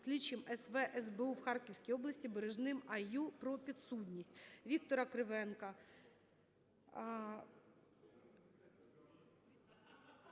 слідчим СВ СБУ в Харківській області Бережним А.Ю. про підсудність. Віктора Кривенка…